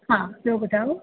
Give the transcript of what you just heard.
हा ॿियो ॿुधायो